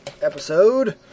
episode